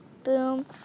boom